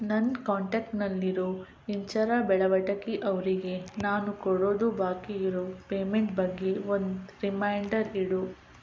ನನ್ನ ಕಾಂಟಾಕ್ಟ್ನಲ್ಲಿರೋ ಇಂಚರ ಬೆಳವಟಗಿ ಅವರಿಗೆ ನಾನು ಕೊಡೋದು ಬಾಕಿಯಿರೋ ಪೇಮೆಂಟ್ ಬಗ್ಗೆ ಒಂದು ರಿಮೈಂಡರ್ ಇಡು